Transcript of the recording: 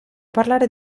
parlare